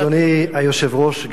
אדוני היושב-ראש,